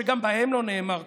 שגם בהם לא נאמר כלום.